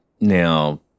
Now